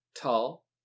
tall